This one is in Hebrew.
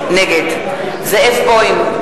נגד זאב בוים,